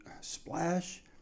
splash